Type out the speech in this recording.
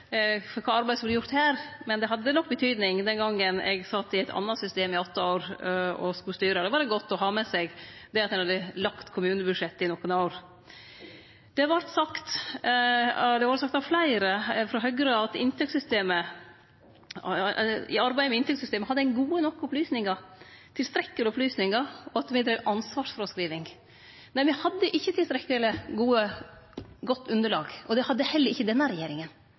for kva arbeid som vert gjort her, men det hadde nok betydning den gongen eg sat i eit anna system i åtte år og skulle styre. Då var det godt å ha med seg det at ein hadde lagt kommunebudsjett i nokre år. Det har vore sagt av fleire frå Høgre at i arbeidet med inntektssystemet hadde ein gode nok opplysningar, tilstrekkeleg med opplysningar, og at me dreiv med ansvarsfråskriving. Nei, me hadde ikkje tilstrekkeleg godt underlag, og det hadde heller ikkje denne regjeringa.